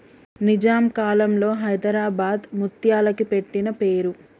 నిజాం కాలంలో హైదరాబాద్ ముత్యాలకి పెట్టిన పేరు